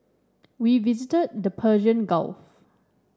we visited the Persian Gulf